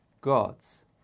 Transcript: God's